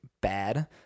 bad